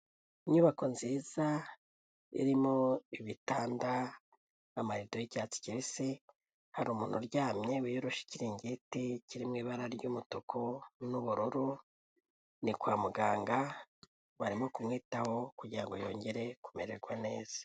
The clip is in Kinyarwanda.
Inyubako nziza irimo ibitanda, amarido y'icyatsi kibisi, hari umuntu uryamye wiyorosha ikiringiti kiri mu ibara ry'umutuku n'ubururu, ni kwa muganga barimo kumwitaho kugirango yongere kumererwa neza.